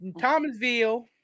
Thomasville